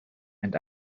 and